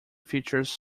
features